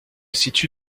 situe